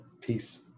Peace